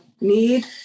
need